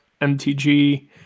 MTG